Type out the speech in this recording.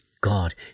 God